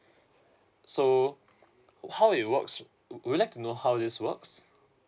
so how it works would you like to know how this works